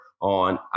on